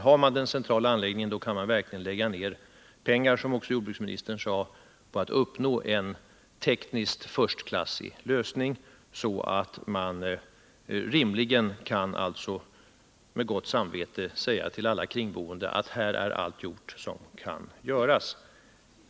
Har man en central anläggning kan man lägga ned pengar — som jordbruksministern också sade — på att uppnå en tekniskt förstklassig lösning, så att man med gott samvete kan säga till kringboende att allt har gjorts som kan göras.